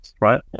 right